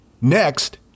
Next